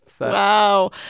Wow